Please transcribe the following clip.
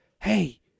Hey